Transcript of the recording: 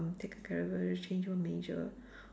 take a character then change one major